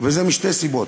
וזה משתי סיבות: